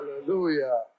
Hallelujah